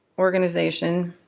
organization,